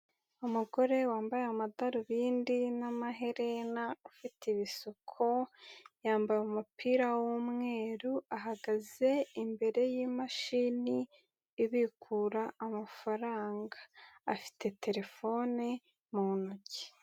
Umugore wambaye amadarubindi n'amaherena ufite ibisuko, yambaye umupira w'umweru ahagaze imbere y'imashini ibikura amafaranga afite terefone mu ntoki.